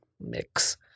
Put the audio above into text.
Mix